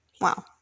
Wow